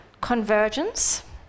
convergence